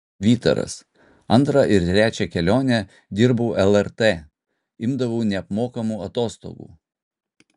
vytaras antrą ir trečią kelionę dirbau lrt imdavau neapmokamų atostogų